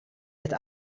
het